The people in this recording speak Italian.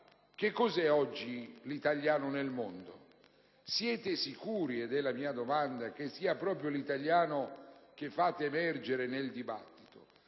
Che cos'è oggi l'italiano nel mondo? Siete sicuri - è la mia domanda - che sia proprio l'italiano che fate emergere nel dibattito?